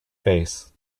face